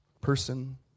person